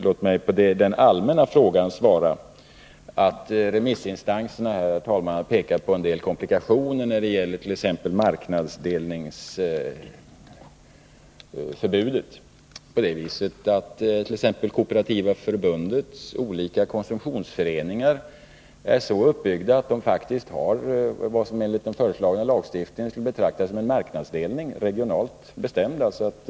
Låt mig på den allmänna frågan svara att remissinstanserna pekat på en del komplikationer när det gäller t.ex. marknadsdelningsförbudet. Kooperativa förbundets olika konsumtionsföreningar är t.ex. så uppbyggda att de faktiskt har vad som enligt den föreslagna lagstiftningen skulle betraktas som en regionalt bestämd marknadsdelning.